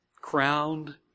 crowned